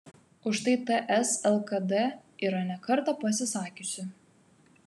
už tai ts lkd yra ne kartą pasisakiusi